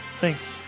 Thanks